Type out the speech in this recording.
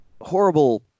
horrible